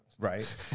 Right